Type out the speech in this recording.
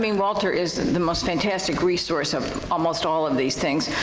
i mean walter is and the most fantastic resource of almost all of these things.